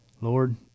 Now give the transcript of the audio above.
Lord